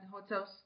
hotels